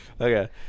Okay